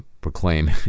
proclaim